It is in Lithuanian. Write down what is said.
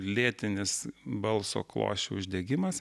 lėtinis balso klosčių uždegimas